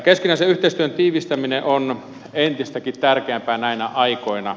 keskinäisen yhteistyön tiivistäminen on entistäkin tärkeämpää näinä aikoina